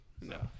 No